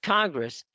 Congress